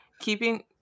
Keeping